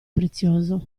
prezioso